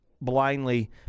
blindly